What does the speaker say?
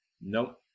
Nope